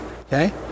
okay